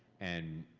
and